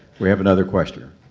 we have another question.